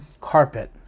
carpet